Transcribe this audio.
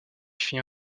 fit